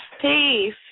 Peace